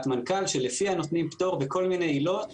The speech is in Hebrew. מנכ"ל שלפיה נותנים פטור בכל מיני עילות